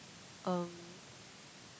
um